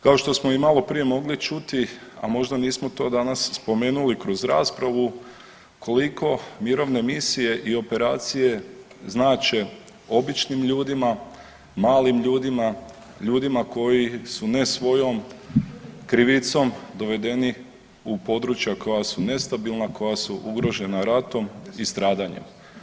Kao što smo i maloprije mogli čuti, a možda nismo to danas spomenuli kroz raspravu koliko mirovne misije i operacije znače običnim ljudima, malim ljudima, ljudima koji su ne svojom krivicom dovedeni u područja koja su nestabilna, koja su ugrožena ratom i stradanjem.